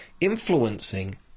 influencing